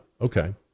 Okay